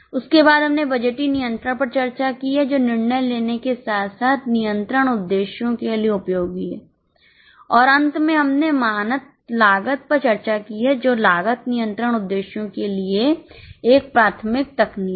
उसके बाद हमने बजटीय नियंत्रण पर चर्चा की है जो निर्णय लेने के साथ साथ नियंत्रण उद्देश्यों के लिए उपयोगी है और अंत में हमने मानक लागत पर चर्चा की है जो लागत नियंत्रण उद्देश्यों के लिए एक प्राथमिक तकनीक है